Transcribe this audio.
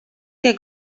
que